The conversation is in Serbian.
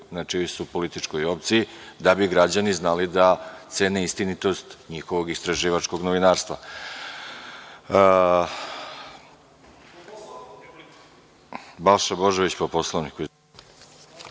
na čijoj su političkoj opciji da bi građani znali da cene istinitost njihovog istraživačkog novinarstva.(Balša Božović, s